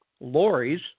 lorries